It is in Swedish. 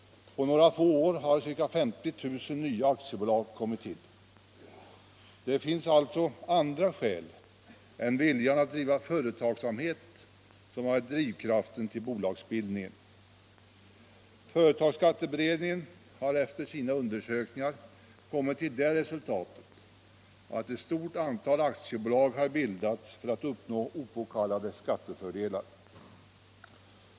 På några få år har ca 50 000 nya aktiebolag kommit till. Det finns alltså andra skäl än viljan att driva företagsamhet som varit drivkraften till bolagsbildningen. Företagsskatteberedningen har efter sina undersökningar kommit till det resultatet att ett stort antal aktiebolag har bildats för att uppnå opåkallade skattefördelar.